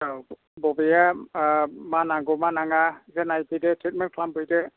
औ बबेया मा नांगौ मा नाङा बेखौ नायफैदो ट्रिटमेन्ट खालामफैदो